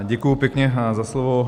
Děkuju pěkně za slovo.